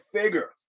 figure